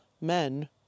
men